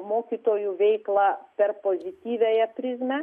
mokytojų veiklą per pozityviąją prizmę